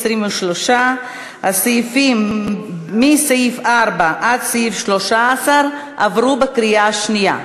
23. הסעיפים מסעיף 4 עד סעיף 13 עברו בקריאה שנייה.